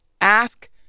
Ask